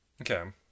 Okay